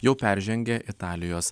jau peržengė italijos